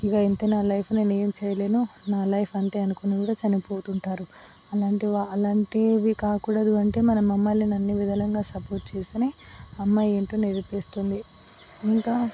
ఇక ఇంతే నా లైఫ్ నేనేమి చెయ్యలేను నా లైఫ్ అంతే అని కూడా చనిపోతుంటారు అలాంటి వా అలాంటివి కాకుడదు అంటే మనం అమ్మాయిలని అన్ని విధాలంగా సపోర్ట్ చేస్తేనే అమ్మాయి ఏంటో నిరూపిస్తుంది ఇంకా